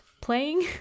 playing